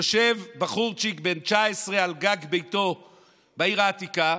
יושב בחורצ'יק בן 19 על גג ביתו בעיר העתיקה,